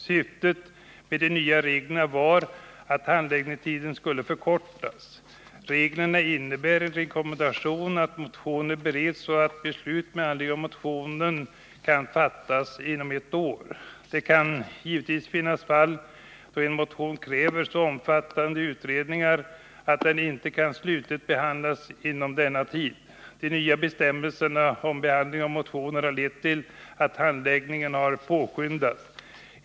Syftet med de nya reglerna var att handläggningstiden skulle förkortas. Reglerna innebär emellertid bara en rekommendation att motioner bereds så att beslut med anledning av motionen kan fattas inom ett år. Det kan givetvis finnas fall då en motion kräver så omfattande utredningar att den inte kan slutligt behandlas inom denna tid. De nya bestämmelserna om behandlingen av motioner har lett till att handläggningen har på kyndats.